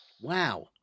Wow